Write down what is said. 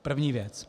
První věc.